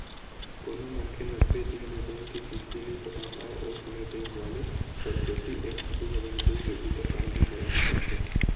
कोनो मनखे नब्बे दिन ले बेंक के किस्ती नइ पटा पाय ओ समे बेंक वाले सरफेसी एक्ट दू हजार दू के भीतर कानूनी कारवाही करथे